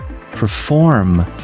perform